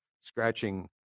scratching